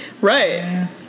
Right